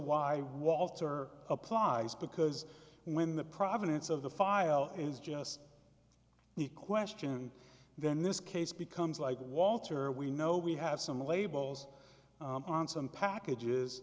why walter applies because when the provenance of the file is just the question then this case becomes like walter we know we have some labels on some packages